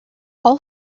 all